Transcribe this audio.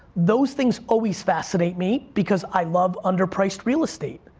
those things always fascinate me because i love under-priced real estate.